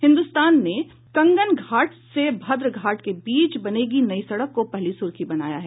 हिन्दुस्तान ने कंगनघाट से भद्र घाट के बीच बनेगी नई सड़क को पहली सुर्खी बनाया है